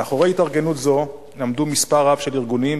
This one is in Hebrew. מאחורי התארגנות זו עמד מספר רב של ארגונים,